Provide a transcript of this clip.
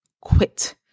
quit